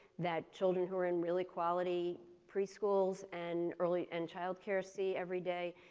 that children who are in really quality preschools and early and childcare see everyday.